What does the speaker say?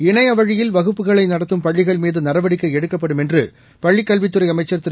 இணையவழியில் வகுப்புகளை நடத்தும் பள்ளிகள் மீது நடவடிக்கை எடுக்கப்படும் என்று பள்ளிக்கல்வித்துறை அமைச்சர் திரு